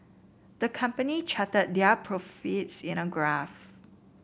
the company charted their profits in a graph